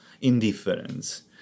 indifference